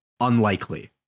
unlikely